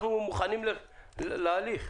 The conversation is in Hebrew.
אנחנו מוכנים להליך.